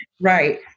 Right